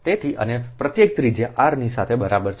તેથી અને પ્રત્યેક ત્રિજ્યા r ની સાથે બરાબર છે